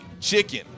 chicken